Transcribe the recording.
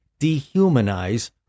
dehumanize